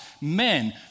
men